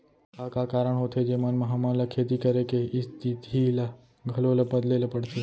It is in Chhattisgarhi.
का का कारण होथे जेमन मा हमन ला खेती करे के स्तिथि ला घलो ला बदले ला पड़थे?